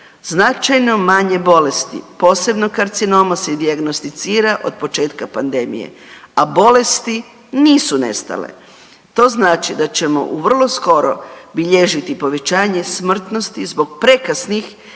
značajno manje bolesti posebno karcinoma se i dijagnosticira od početka pandemije, a bolesti nisu nestale. To znači da ćemo vrlo skoro bilježiti povećanje smrtnosti zbog prekasnih